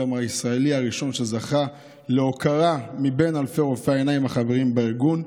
גם הישראלי הראשון שזכה להוקרה מבין אלפי רופאי העיניים החברים בארגון.